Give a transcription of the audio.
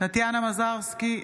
טטיאנה מזרסקי,